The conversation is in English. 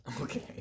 Okay